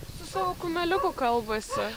su savo kumeliuku kalbasi